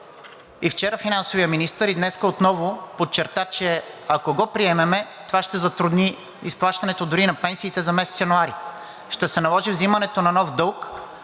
И вчера финансовият министър, и днес отново подчерта, че ако го приемем, това ще затрудни изплащането дори и на пенсиите за месец януари. Ще се наложи вземането на нов дълг,